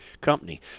company